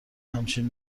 همچین